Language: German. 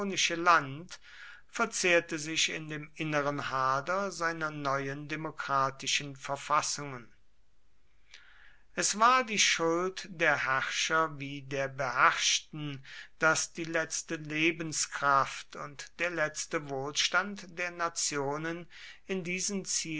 land verzehrte sich in dem inneren hader seiner neuen demokratischen verfassungen es war die schuld der herrscher wie der beherrschten daß die letzte lebenskraft und der letzte wohlstand der nationen in diesen